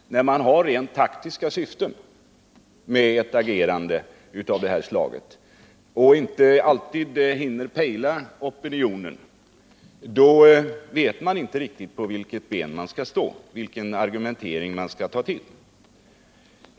När man har rent taktiska syften med ett agerande av det här slaget och inte alltid hinner pejla opinionen, då vet man inte riktigt vilket ben man skall stå på, vilken argumentering man skall ta till.